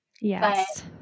Yes